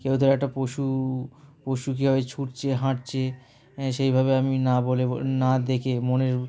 কেউ ধর একটা পশু পশু কীভাবে ছুটছে হাঁটছে সেইভাবে আমি না বলে না দেখে মনের